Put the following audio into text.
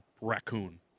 raccoon